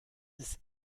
ist